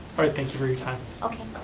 all right, thank you for your time. okay.